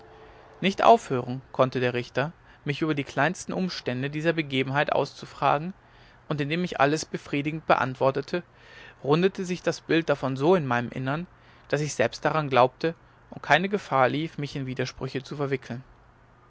nicht aufhören konnte der richter mich über die kleinsten umstände dieser begebenheit auszufragen und indem ich alles befriedigend beantwortete rundete sich das bild davon so in meinem innern daß ich selbst daran glaubte und keine gefahr lief mich in widersprüche zu verwickeln